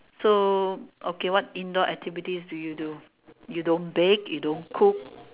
so okay what indoor activities do you do you don't bake you don't cook